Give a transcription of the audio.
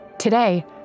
Today